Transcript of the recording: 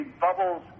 Bubbles